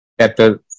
Chapter